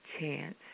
chance